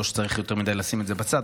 לא שצריך יותר מדי לשים את זה בצד,